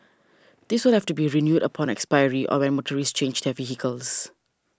this will have to be renewed upon expiry or when motorists change their vehicles